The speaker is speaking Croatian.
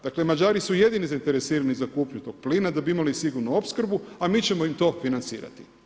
Dakle, Mađari su jedini zainteresirani za kupnju tog plina da bi imali sigurnu opskrbu, a mi ćemo im to financirati.